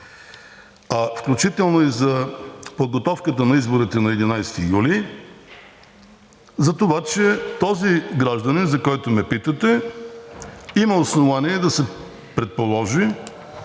включително и за подготовката на изборите на 11 юли, за това, че този гражданин, за който ме питате, има основание да се предположи,